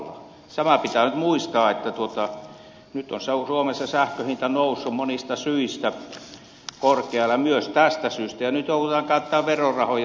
tämä pitää nyt muistaa että nyt on suomessa sähkön hinta noussut monista syistä korkealle myös tästä syystä ja nyt joudutaan käyttämään verorahoja tämmöiseen ostoon